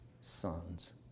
sons